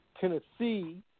Tennessee